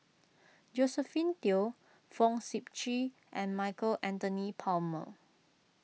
Josephine Teo Fong Sip Chee and Michael Anthony Palmer